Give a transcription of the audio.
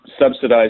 subsidized